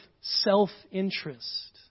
self-interest